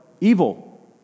evil